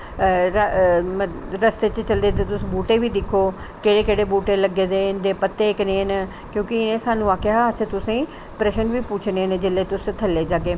रस्ते च चलदे चलदे तुस बूहटे बी दिक्खो केह्डे़ केह्डे़ बूहटे लग्गे दे ते इंदे पत्ते कनेह् ना क्योंकि इनें स्हानू आखेआ हा असें तुसें गी प्रश्न बी पुच्छने ना जिसले तुस थल्ले गी जाहगे